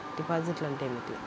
డిపాజిట్లు అంటే ఏమిటి?